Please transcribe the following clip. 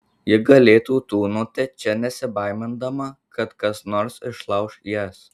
ji galėtų tūnoti čia nesibaimindama kad kas nors išlauš jas